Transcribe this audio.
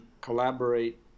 Collaborate